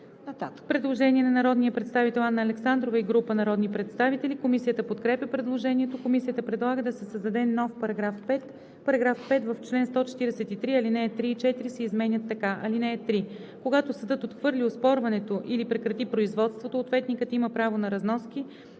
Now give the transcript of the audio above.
Предложение на народния представител Анна Александрова и група народни представители. Комисията подкрепя предложението. Комисията предлага да се създаде нов § 5: „§ 5. В чл. 143, ал. 3 и 4 се изменят така: „(3) Когато съдът отхвърли оспорването или прекрати производството, ответникът има право на разноски,